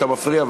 אתה מפריע.